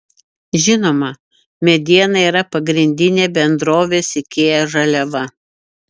žinoma mediena yra pagrindinė bendrovės ikea žaliava